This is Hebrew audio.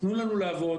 תנו לנו לעבוד,